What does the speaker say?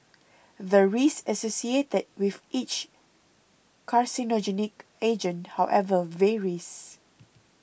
the risk associated with each carcinogenic agent however varies